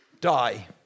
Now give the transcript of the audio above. die